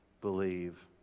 believe